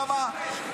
למה?